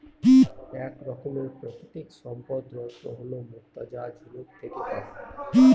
এক রকমের প্রাকৃতিক সম্পদ রত্ন হল মুক্তা যা ঝিনুক থেকে পাবো